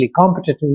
competitive